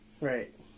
Right